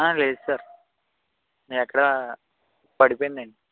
లేదు సార్ ఎక్కడో పడిపోయిందండి